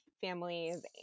families